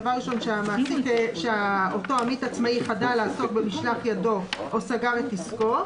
דבר ראשון שאותו עמית עצמאי חדל לעסוק במשלח ידו או סגר את עסקו.